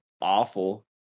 awful